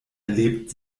erlebt